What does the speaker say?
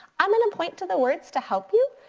i'm gonna point to the words to help you.